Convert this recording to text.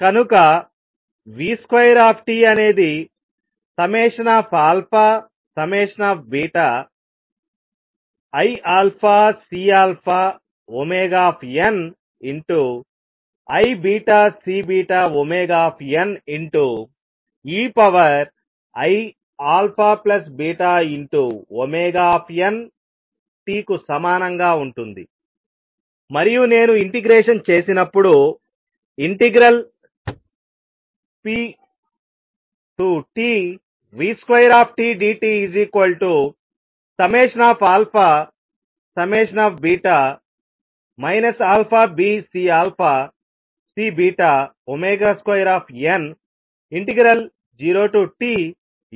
కనుక v2t అనేది iαCωiβCωeiαβωnt కు సమానంగా ఉంటుంది మరియు నేను ఇంటిగ్రేషన్ చేసినప్పుడు 0Tv2tdt αβCC2n0Teiαβntdt అవుతుంది